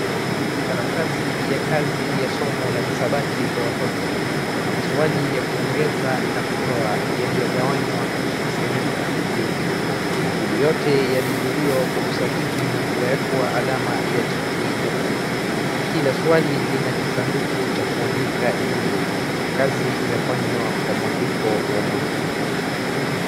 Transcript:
Karatasi ya kazi la somo la hisabati kwa watoto, kuna maswali ya kuongeza na kutoa yaliyogawanywa katika sehemu mbili. Majibu yote yalijiiwa kwa usahihi na kuwekwa alama ya tiki nyekundu. Kila swali lina kisanduku cha kuandika jibu na kazi imefanywa kwa mwandiko wa mwanafunzi.